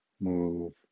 move